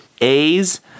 A's